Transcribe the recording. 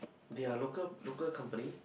they're local local company